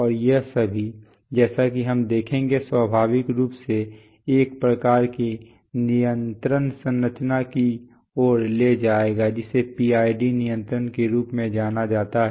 और ये सभी जैसा कि हम देखेंगे स्वाभाविक रूप से एक प्रकार की नियंत्रण संरचना की ओर ले जाएगा जिसे PID नियंत्रण के रूप में जाना जाता है